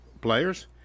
players